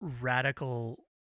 Radical